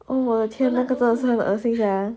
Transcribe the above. oh 我的天我不知道你这样恶心 sia